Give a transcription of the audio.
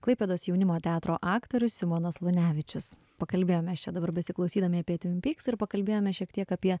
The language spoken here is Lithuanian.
klaipėdos jaunimo teatro aktorius simonas lunevičius pakalbėjom mes čia dabar besiklausydami apie tvin pyks ir pakalbėjome šiek tiek apie